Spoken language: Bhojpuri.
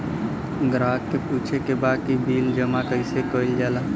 ग्राहक के पूछे के बा की बिल जमा कैसे कईल जाला?